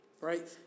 Right